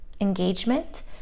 engagement